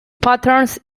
patterns